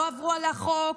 לא עברו על החוק,